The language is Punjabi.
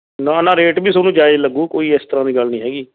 ਨਾ ਨਾ ਰੇਟ ਵੀ ਤੁਹਾਨੂੰ ਜਾਇਜ਼ ਲੱਗੂ ਕੋਈ ਇਸ ਤਰ੍ਹਾਂ ਦੀ ਗੱਲ ਨਹੀਂ ਹੈਗੀ